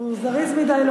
הוא זריז מדי.